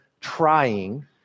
trying